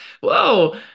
Whoa